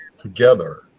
together